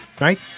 right